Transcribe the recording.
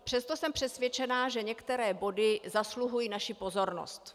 Přesto jsem přesvědčená, že některé body zasluhují naši pozornost.